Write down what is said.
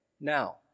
now